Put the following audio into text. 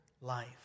life